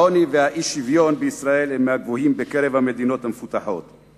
העוני והאי-שוויון בישראל הם מהגבוהים בקרב המדינות המפותחות.